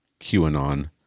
QAnon